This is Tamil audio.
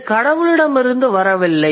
இது கடவுளிடமிருந்து வரவில்லை